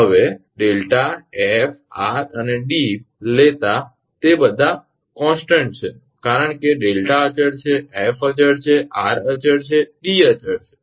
હવે 𝛿 𝑓 𝑟 અને 𝐷 લેતા તે બધા અચળ છે કારણ કે 𝛿 અચળ છે 𝑓 અચળ છે 𝑟 અચળ છે 𝐷 અચળ છે